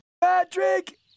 patrick